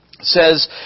says